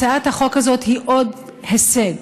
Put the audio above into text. הצעת החוק הזאת היא עוד הישג